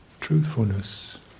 Truthfulness